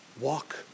Walk